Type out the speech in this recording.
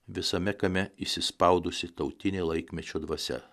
visame kame įsispaudusi tautinė laikmečio dvasia